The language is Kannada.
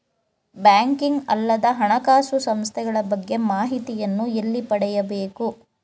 ಬ್ಯಾಂಕಿಂಗ್ ಅಲ್ಲದ ಹಣಕಾಸು ಸಂಸ್ಥೆಗಳ ಬಗ್ಗೆ ಮಾಹಿತಿಯನ್ನು ಎಲ್ಲಿ ಪಡೆಯಬೇಕು?